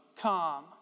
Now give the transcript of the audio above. come